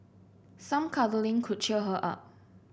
some cuddling could cheer her up